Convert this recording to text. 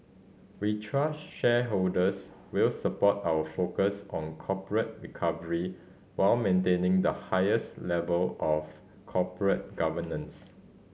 we trust shareholders will support our focus on corporate recovery while maintaining the highest level of corporate governance